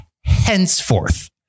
henceforth